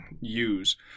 use